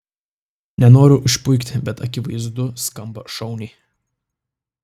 nenoriu išpuikti bet akivaizdu skamba šauniai